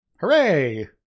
Hooray